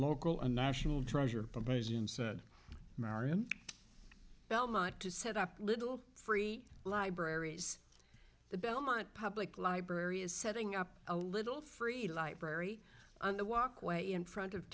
local and national treasure amazin said marian belmont to set up a little free libraries the belmont public library is setting up a little free library on the walkway in front of